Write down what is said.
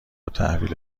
تحویل